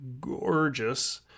gorgeous